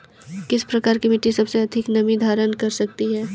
किस प्रकार की मिट्टी सबसे अधिक नमी धारण कर सकती है?